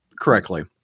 correctly